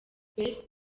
best